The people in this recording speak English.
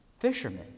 Fishermen